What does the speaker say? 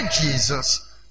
Jesus